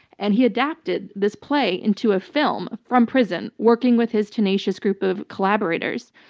and he adapted this play into a film from prison, working with his tenacious group of collaborators.